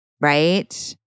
right